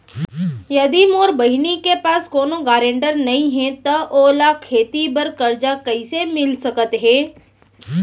यदि मोर बहिनी के पास कोनो गरेंटेटर नई हे त ओला खेती बर कर्जा कईसे मिल सकत हे?